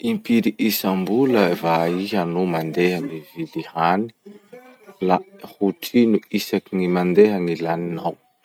Impiry isambola va iha no mandeha mividy hany la hotrino isakin'ny mandeha gny laninao?